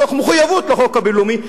מתוך מחויבות לחוק הבין-לאומי,